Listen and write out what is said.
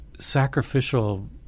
sacrificial